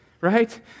right